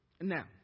Now